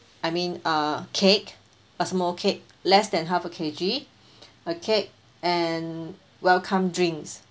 I mean uh cake a small cake less than half a K_G a cake and welcome drinks